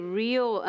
real